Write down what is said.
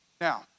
Now